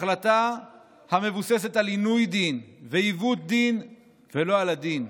ההחלטה מבוססת על עינוי דין ועיוות דין ולא על הדין,